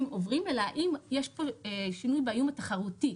עוברים אלא האם יש פה שינוי באיום התחרותי,